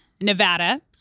Nevada